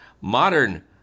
modern